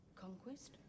Conquest